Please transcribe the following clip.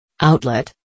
Outlet